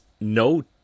no